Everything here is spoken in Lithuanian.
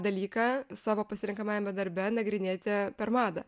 dalyką savo pasirenkamajame darbe nagrinėti per madą